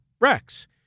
Rex